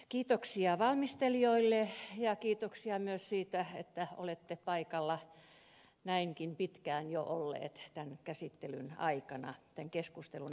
kiitoksia valmistelijoille ja kiitoksia myös siitä että olette paikalla näinkin pitkään jo olleet tämän käsittelyn tämän keskustelun aikana